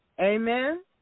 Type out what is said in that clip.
Amen